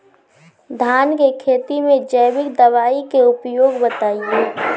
धान के खेती में जैविक दवाई के उपयोग बताइए?